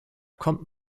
kommt